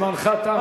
זמנך תם.